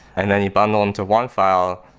and then you bundle them to one file,